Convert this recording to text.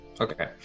Okay